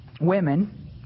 women